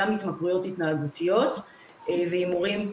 גם התמכרויות התנהגותיות והימורים.